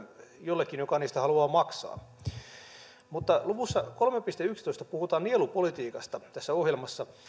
jollekin joka niistä haluaa maksaa luvussa kolmeen piste yhteentoista puhutaan nielupolitiikasta tässä ohjelmassa